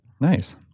nice